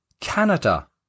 Canada